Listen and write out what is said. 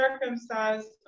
Circumcised